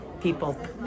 people